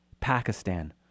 Pakistan